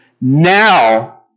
now